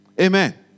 Amen